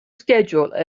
schedule